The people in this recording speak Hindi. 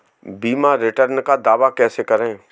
बीमा रिटर्न का दावा कैसे करें?